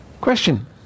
Question